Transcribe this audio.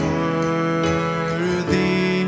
worthy